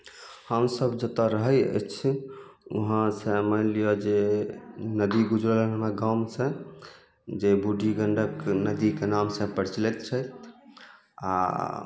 हमसभ जतऽ रहै अछि उहाँसे मानि लिअऽ जे नदी गुजरल हमरा गामसे जे बूढी गण्डक नदीके नामसे प्रचलित छथि आओर